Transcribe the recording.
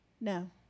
No